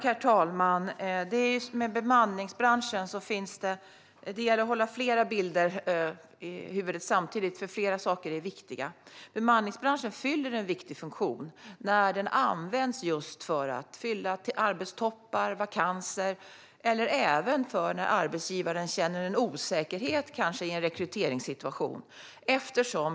Herr talman! Det gäller att hålla flera bilder i huvudet samtidigt när det gäller bemanningsbranschen, för flera saker är viktiga. Bemanningsbranschen fyller en viktig funktion när den används just för att fylla upp vid arbetstoppar och vakanser och även när arbetsgivaren kanske känner en osäkerhet i en rekryteringssituation.